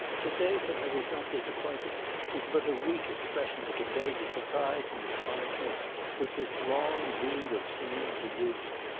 to say that i was not disappointed is but a weak expression to convey the surprise and astonishment which this long dreamed of scene produced.